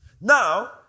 Now